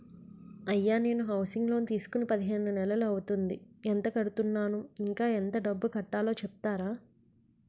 అయ్యా నేను housing loan తీసుకొని పదిహేను నెలలు అవుతోందిఎంత కడుతున్నాను, ఇంకా ఎంత డబ్బు కట్టలో చెప్తారా?